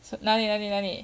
s~ 哪里哪里哪里